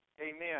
Amen